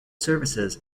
services